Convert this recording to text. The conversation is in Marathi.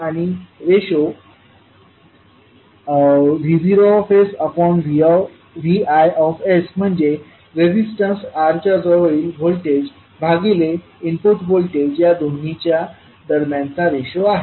आणि रेशो V0Vi म्हणजे रेजिस्टन्स R च्या जवळील व्होल्टेज भागिले इनपुट व्होल्टेज या दोन्हीच्या दरम्यानचा रेशो आहे